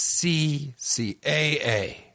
CCAA